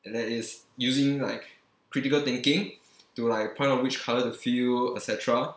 and that is using like critical thinking to like point of which colour to fill et cetera